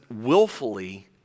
willfully